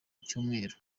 icyumweru